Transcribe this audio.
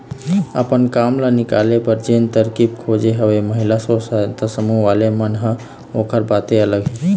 अपन काम ल निकाले बर जेन तरकीब खोजे हवय महिला स्व सहायता समूह वाले मन ह ओखर बाते अलग हे